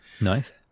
Nice